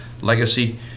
legacy